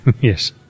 Yes